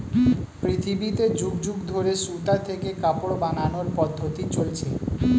পৃথিবীতে যুগ যুগ ধরে সুতা থেকে কাপড় বানানোর পদ্ধতি চলছে